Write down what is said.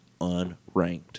unranked